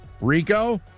Rico